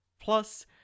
Plus